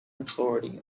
authority